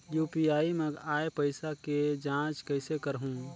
UPI मा आय पइसा के जांच कइसे करहूं?